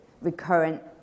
recurrent